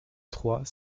trois